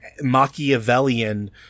Machiavellian